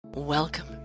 Welcome